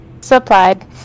supplied